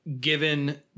given